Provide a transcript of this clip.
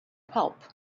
pulp